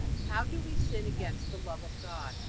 how do we sin against the love of god?